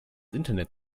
internet